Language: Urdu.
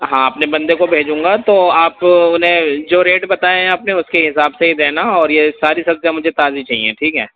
ہاں اپنے بندے کو بھیجوں گا تو آپ انہیں جو ریٹ بتائے ہیں آپ نے اس کے حساب سے ہی دینا اور یہ ساری سبزیاں مجھے تازی چاہئیں ٹھیک ہے